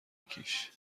کیش